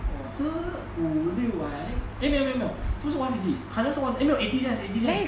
我吃五六碗 eh 没有没有是不是 one fifty 好像是 one eh no eighty cents eighty cents